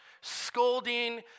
scolding